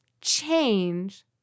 change